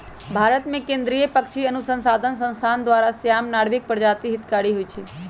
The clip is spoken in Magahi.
भारतमें केंद्रीय पक्षी अनुसंसधान संस्थान द्वारा, श्याम, नर्भिक प्रजाति हितकारी होइ छइ